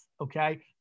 okay